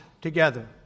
together